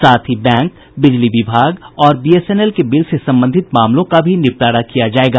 साथ ही बैंक बिजली विभाग और बीएसएन एल के बिल से संबंधित मामलों का भी निपटारा किया जायेगा